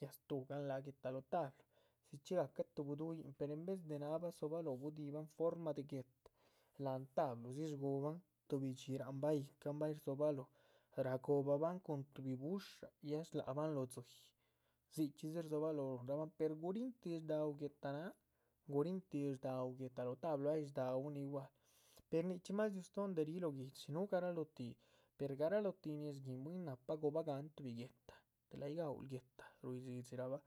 ya stuhgahan láha guéhta lóho tablu, dzichxí gahca tuhbi buduhuyihn. pero en vez náahabah dzáloh gudihibahn forma de guéhta láhan tabludzi shguhubahn tuhbi dxi rahanbah yíhcan bay rdzobaloho ragobahban cun tuhbi bu´sha ya. shlác bahan lóho dzíyih, dzichxí dzi rdzobaloho ruhunrabahn per gurintih shdaú guéhta náaha gurintih shdaú guéhta lóh tablu ay shdaún igual per nichxí mas riú stóon. de ríh lóh guihdxi núh gará loh tih, per garalóh tih nin shguin bwín nahpa gobagahan tuhbi guéhta del ay gaúluh guéhta rui dhxídhxírabah